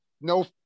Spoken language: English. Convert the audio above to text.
no